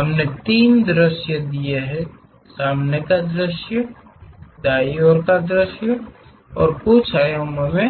हमने तीन दृश्य दिए हैं सामने का दृश्य दाईं ओर का दृश्य और कुछ आयामों के